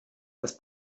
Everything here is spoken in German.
das